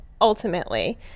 ultimately